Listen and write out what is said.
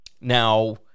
Now